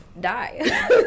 Die